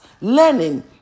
learning